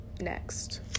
next